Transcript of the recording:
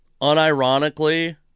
unironically